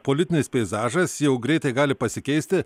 politinis peizažas jau greitai gali pasikeisti